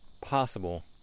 possible